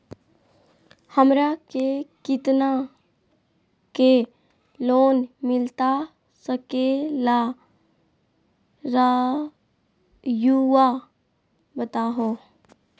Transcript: हमरा के कितना के लोन मिलता सके ला रायुआ बताहो?